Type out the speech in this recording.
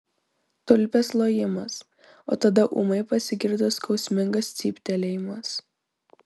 tulpės lojimas o tada ūmai pasigirdo skausmingas cyptelėjimas